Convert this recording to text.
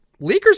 leakers